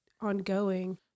ongoing